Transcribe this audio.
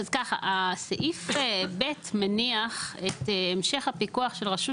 סעיף (ב) מניח את המשך הפיקוח של רשות